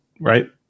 right